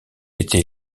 été